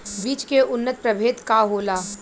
बीज के उन्नत प्रभेद का होला?